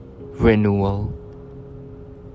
renewal